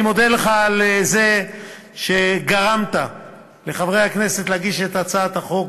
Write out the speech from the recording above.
אני מודה לך על זה שגרמת לחברי הכנסת להגיש את הצעת החוק,